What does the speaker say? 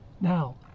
Now